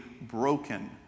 broken